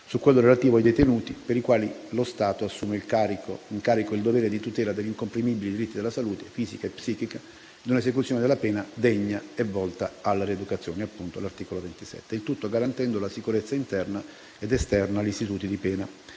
su quello relativo ai detenuti, per i quali lo Stato assume in carico il dovere di tutela degli incomprimibili diritti alla salute fisica e psichica e a un'esecuzione della pena degna e volta alla rieducazione (come previsto appunto dall'articolo 27), il tutto garantendo la sicurezza interna ed esterna agli istituti di pena.